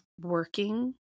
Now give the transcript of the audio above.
working